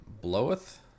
Bloweth